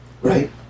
Right